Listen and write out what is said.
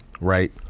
Right